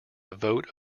vote